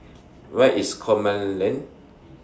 Where IS Coleman Lane